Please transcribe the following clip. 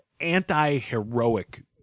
anti-heroic